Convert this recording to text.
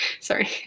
Sorry